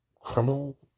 Criminal